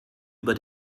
über